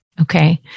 Okay